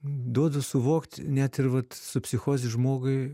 duodu suvokt net ir vat su psichoze žmogui